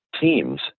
teams